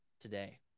today